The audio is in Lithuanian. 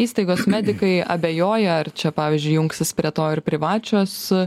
įstaigos medikai abejoja ar čia pavyzdžiui jungsis prie to ir privačios